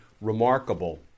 remarkable